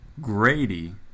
Grady